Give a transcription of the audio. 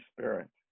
Spirit